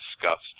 disgust